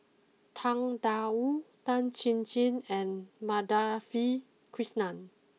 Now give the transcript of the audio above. Tang Da Wu Tan Chin Chin and Madhavi Krishnan